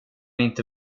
inte